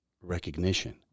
recognition